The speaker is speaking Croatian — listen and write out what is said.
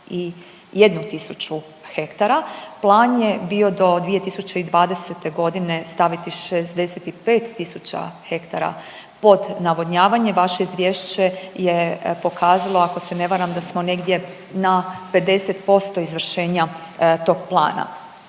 21 tisuću hektara. Plan je bio do 2020. g. staviti 65 tisuća hektara pod navodnjavanje. Vaše izvješće je pokazalo, ako se ne varam, da smo negdje na 50% izvršenja tog plana.